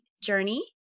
journey